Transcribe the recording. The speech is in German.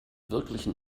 wirklichen